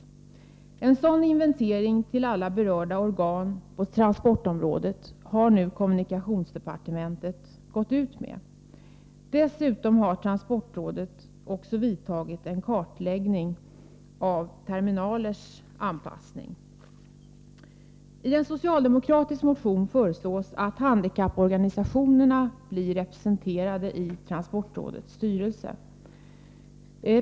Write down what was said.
En begäran om en sådan inventering hos alla berörda organ på transportområdet har kommunikationsdepartementet nu gått ut med. Dessutom har transportrådet också vidtagit en kartläggning av terminalers anpassning. I en socialdemokratisk motion föreslås att handikapporganisationerna blir representerade i transportrådets styrelse.